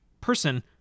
person